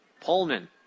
Pullman